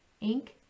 ink